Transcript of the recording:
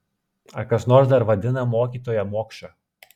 ar kas nors dar vadina mokytoją mokša